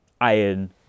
iron